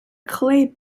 clay